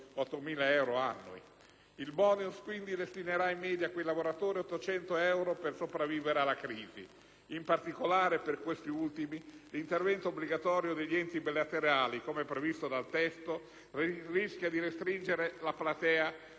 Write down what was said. Il *bonus* quindi destinerà in media a questi lavoratori 800 euro per sopravvivere alla crisi. In particolare, per questi ultimi, l'intervento obbligatorio degli enti bilaterali, così come previsto dal testo, rischia di restringere la platea dei beneficiari.